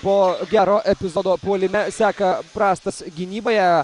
po gero epizodo puolime seka prastas gynyboje